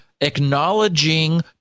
acknowledging